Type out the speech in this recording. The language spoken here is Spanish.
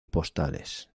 postales